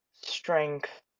strength